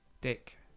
Dick